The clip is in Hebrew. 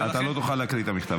סליחה, אתה לא תוכל להקריא את המכתב.